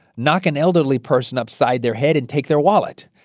knock an elderly person upside their head and take their wallet.